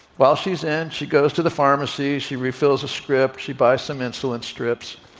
while she's in, she goes to the pharmacy, she refills a script, she buys some insulin strips.